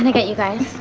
and get you guys?